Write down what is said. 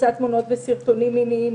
הפצת תמונות וסרטונים מיניים,